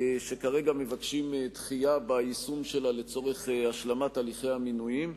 שכרגע מבקשים דחייה ביישום שלה לצורך השלמת הליכי המינויים,